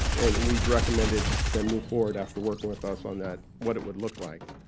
and and we've recommended them move forward after working with us on that what it would look like.